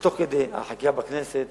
ותוך כדי החקיקה בכנסת